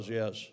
yes